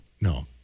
no